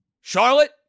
Charlotte